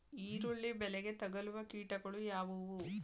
ಈರುಳ್ಳಿ ಬೆಳೆಗೆ ತಗಲುವ ಕೀಟಗಳು ಯಾವುವು?